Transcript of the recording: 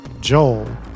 Joel